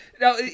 Now